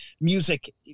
music